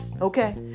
Okay